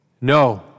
No